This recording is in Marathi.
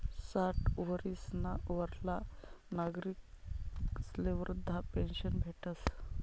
साठ वरीसना वरला नागरिकस्ले वृदधा पेन्शन भेटस